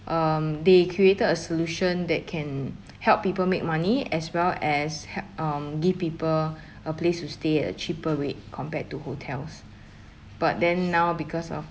um they created a solution that can help people make money as well as help um give people a place to stay at a cheaper rate compared to hotels but then now because of